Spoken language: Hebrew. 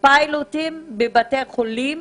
2020 פיילוטים בבתי חולים